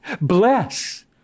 bless